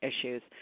issues